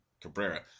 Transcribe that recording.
Cabrera